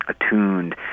attuned